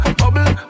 bubble